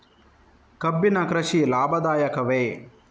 ಕಬ್ಬಿನ ಕೃಷಿ ಲಾಭದಾಯಕವೇ?